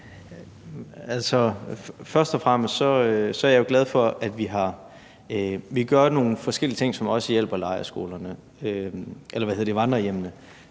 Først og fremmest er jeg jo glad for, at vi gør nogle forskellige ting, som også hjælper vandrehjemmene,